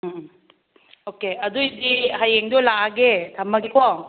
ꯎꯝ ꯎꯝ ꯑꯣꯀꯦ ꯑꯗꯨꯑꯣꯏꯗꯤ ꯍꯌꯦꯡꯗꯣ ꯂꯥꯛꯑꯒꯦ ꯊꯝꯃꯒꯦꯀꯣ